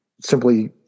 simply